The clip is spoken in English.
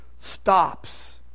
stops